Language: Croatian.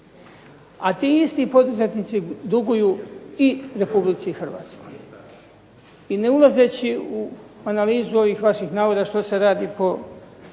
A ti isti poduzetnici duguju i Republici Hrvatskoj. I ne ulazeći u analizu ovih vaših navoda što se radi po